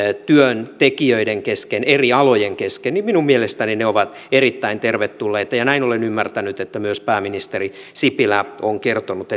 työntekijöiden kesken eri alojen kesken niin minun mielestäni ne ovat erittäin tervetulleita ja näin olen ymmärtänyt että myös pääministeri sipilä on kertonut